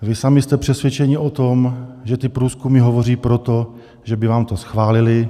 Vy sami jste přesvědčeni o tom, že ty průzkumy hovoří pro to, že by vám to schválili.